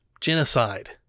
genocide